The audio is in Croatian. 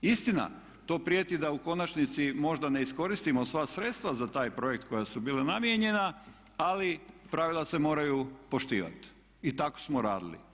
Istina, to prijeti da u konačnici možda ne iskoristimo sva sredstva za taj projekt koja su bila namijenjena, ali pravila se moraju poštivati i tako smo radili.